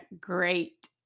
great